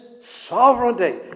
sovereignty